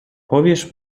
powiesz